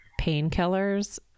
painkillers